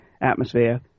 atmosphere